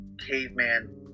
caveman